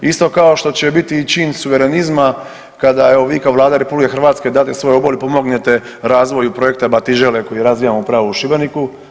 Isto kao što će biti i čin suverenizma kada evo vi kao Vlada RH date svoj obol i pomognete razvoju Projekta Batižele koji razvijamo upravo u Šibeniku.